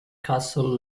castle